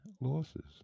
losses